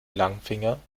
langfinger